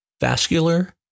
vascular